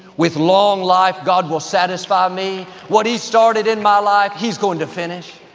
with long life god will satisfy me. what he started in my life he's going to finish.